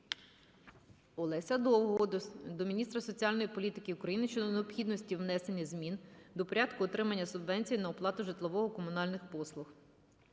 Олеся Довгого до міністра соціальної політики України щодо необхідності внесення змін до порядку отримання субсидії на оплату житлово-комунальних послуг.